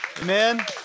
Amen